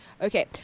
Okay